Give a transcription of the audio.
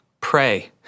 pray